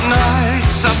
nights